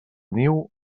niu